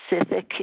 specific